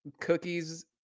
cookies